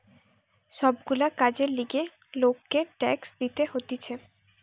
সব গুলা কাজের লিগে লোককে ট্যাক্স দিতে হতিছে